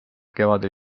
kevadel